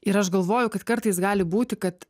ir aš galvoju kad kartais gali būti kad